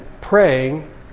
praying